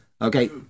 okay